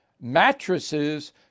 mattresses